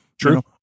true